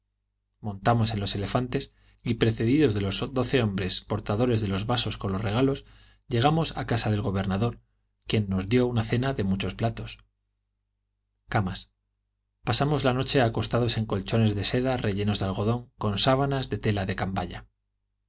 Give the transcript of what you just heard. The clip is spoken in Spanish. montamos en los elefantes y precedidos de los doce hombres portadores de los vasos con los regalos llegamos a casa del gobernador que nos'dió una cena de muchos platos camas pasamos la noche acostados en colchones de seda rellenos de algodón con sábanas de tela de cambaya